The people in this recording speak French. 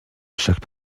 chaque